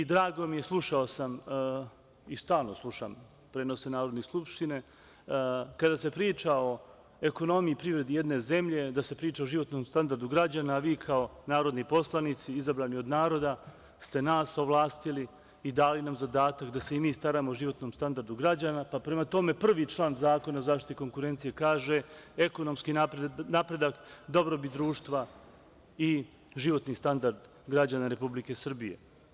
Drago mi je, slušao sam i stalno slušam prenose Narodne skupštine, kada se priča o ekonomiji i privredi jedne zemlje, da se priča o životnom standardu građana, a vi kao narodni poslanici, izabrani od naroda, ste nas ovlastili i dali nam zadatak da se i mi staramo o životnom standardu građana, pa prema tome, prvi član Zakona o zaštiti konkurencije kaže – ekonomski napredak, dobrobit društva i životni standard građana Republike Srbije.